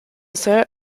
sir